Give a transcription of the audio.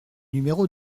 numéro